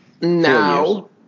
Now